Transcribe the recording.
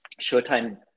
Showtime